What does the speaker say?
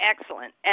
excellent